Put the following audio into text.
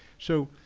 so,